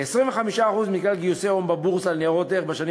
כ-25% מכלל גיוסי ההון בבורסה לניירות ערך בשנים